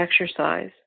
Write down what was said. exercise